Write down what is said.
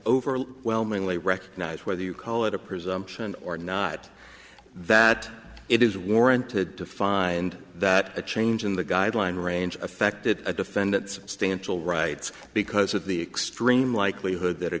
overwhelmingly recognize whether you call it a presumption or not that it is warranted to find that a change in the guideline range affected a defendant substantial rights because of the extreme likelihood that a